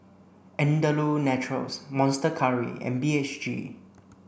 Andalou Naturals Monster Curry and B H G